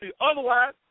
Otherwise